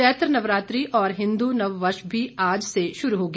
चैत्र नवरात्रि और हिंदू नव वर्ष भी आज से शुरू हो गया